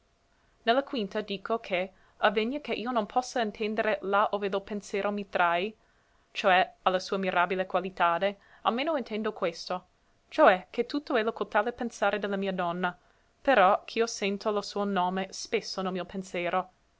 la quinta dico che avvegna che io non possa intendere là ove lo pensero mi trae cioè a la sua mirabile qualitade almeno intendo questo cioè che tutto è lo cotale pensare de la mia donna però ch'io sento lo suo nome spesso nel mio pensero